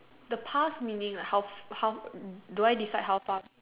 the past meaning like how how do I decide how far